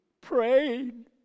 Praying